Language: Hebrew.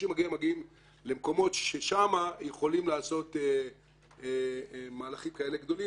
זה מגיע ממקומות ששם יכולים לעשות מהלכים גדולים כאלה,